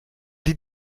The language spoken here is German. die